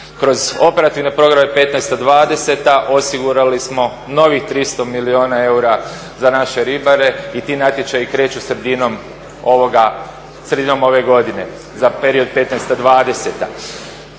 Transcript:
Kroz operativne programe 2015.-2020. osigurali smo novih 300 milijuna eura za naše ribare i ti natječaji kreću sredinom ove godine za period 2015.-2020.